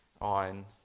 on